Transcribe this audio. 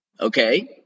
Okay